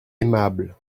aimable